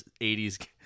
80s